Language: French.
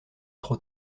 trop